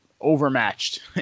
overmatched